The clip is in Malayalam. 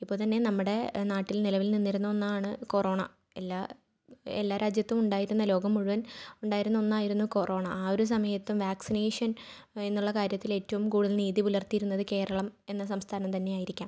ഇപ്പോൾ തന്നെ നമ്മുടെ നാട്ടിൽ നിലവിൽ നിന്നിരുന്ന ഒന്നാണ് കൊറോണ എല്ലാ എല്ലാ രാജ്യത്തും ഉണ്ടായിരുന്നു ലോകം മുഴുവൻ ഉണ്ടായിരുന്ന ഒന്നായിരുന്നു കൊറോണ ആ ഒരു സമയത്തും വാക്സിനേഷൻ എന്നുള്ള കാര്യത്തിൽ ഏറ്റവും കൂടുതൽ നീതി പുലർത്തിയിരുന്നത് കേരളം എന്ന സംസ്ഥാനം തന്നെ ആയിരിക്കാം